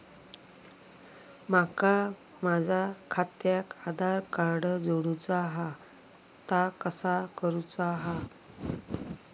माका माझा खात्याक आधार कार्ड जोडूचा हा ता कसा करुचा हा?